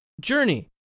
Journey